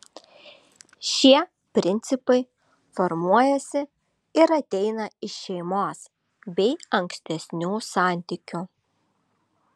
šie principai formuojasi ir ateina iš šeimos bei ankstesnių santykių